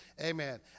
Amen